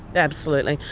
absolutely,